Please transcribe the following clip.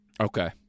Okay